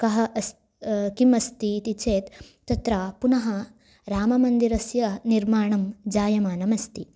कः अस्ति किम् अस्ति इति चेत् तत्र पुनः राममन्दिरस्य निर्माणं जायमानम् अस्ति